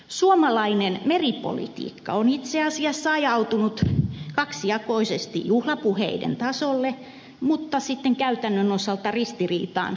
suomalainen meripolitiikka on itse asiassa ajautunut kaksijakoisesti juhlapuheiden tasolle mutta sitten käytännön osalta ristiriitaan